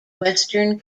western